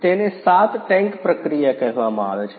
તેને 7 ટેંક પ્રક્રિયા કહેવામાં આવે છે